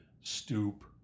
stoop